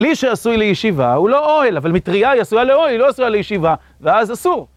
כלי שעשוי לישיבה הוא לא אוהל, אבל מטרייה היא עשויה לאוהל, היא לא עשויה לישיבה, ואז אסור.